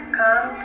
come